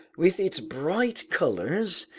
with its bright colors,